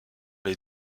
les